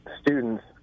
students